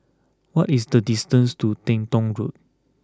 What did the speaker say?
what is the distance to Teng Tong Road